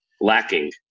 lacking